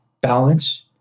balance